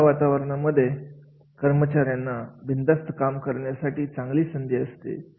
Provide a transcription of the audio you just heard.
अशा वातावरणामध्ये कर्मचाऱ्यांना बिनधास्त काम करण्यासाठी चांगली संधी असते